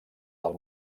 del